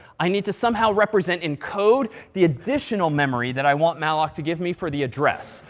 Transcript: i need to somehow represent in code, the additional memory that i want malloc to give me for the address.